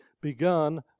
begun